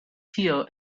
tear